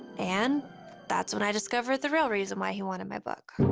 and that's when i discovered the real reason why he wanted my book.